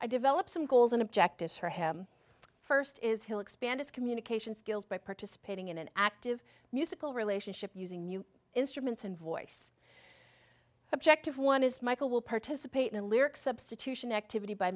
i develop some goals and objectives for him first is hill expand his communication skills by participating in an active musical relationship using new instruments and voice objective one is michael will participate in a lyric substitution activity by